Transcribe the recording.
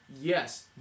Yes